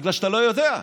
בגלל שאתה לא יודע.